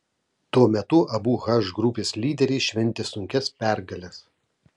tuo metu abu h grupės lyderiai šventė sunkias pergales